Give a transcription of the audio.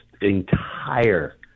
entire